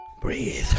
breathe